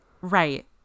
right